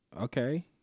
okay